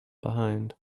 behind